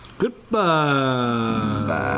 Goodbye